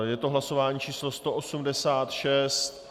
Je to hlasování číslo 186.